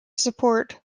support